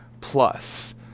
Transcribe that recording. plus